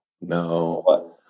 no